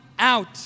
out